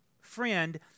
friend